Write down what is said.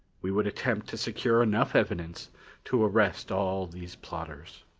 we would attempt to secure enough evidence to arrest all these plotters.